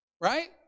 Right